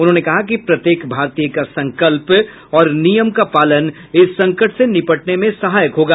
उन्होंने कहा कि प्रत्येक भारतीय का संकल्प और नियम का पालन इस संकट से निपटने में सहायक होगा